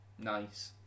Nice